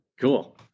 Cool